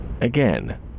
Again